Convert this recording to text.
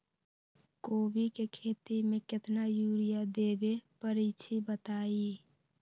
कोबी के खेती मे केतना यूरिया देबे परईछी बताई?